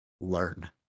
learn